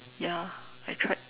ya I tried